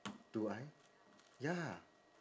do I ya